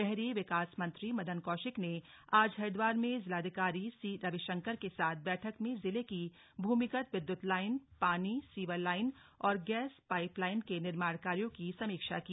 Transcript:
शहरी विकास मंत्री मदन कौशिक ने आज हरिद्वार में जिलाधिकारी सी रविशंकर के साथ बैठक में जिले की भूमिगत विद्युत लाइन पानी सीवर लाइन और गैस पाइप लाइन के निर्माण कार्यो की समीक्षा की